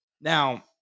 Now